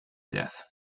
death